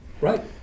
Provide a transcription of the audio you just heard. right